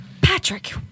Patrick